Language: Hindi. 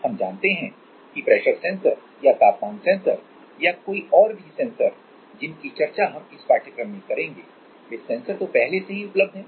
हम जानते हैं कि प्रेशर सेंसर या तापमान सेंसर या कोई और भी सेंसर जिनकी चर्चा हम इस पाठ्यक्रम में करेंगे वे सेंसर तो पहले से ही उपलब्ध हैं